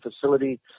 facility